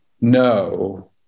no